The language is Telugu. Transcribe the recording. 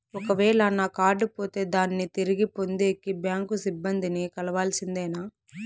ఒక వేల నా కార్డు పోతే దాన్ని తిరిగి పొందేకి, బ్యాంకు సిబ్బంది ని కలవాల్సిందేనా?